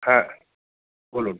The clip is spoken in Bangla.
হ্যাঁ বলুন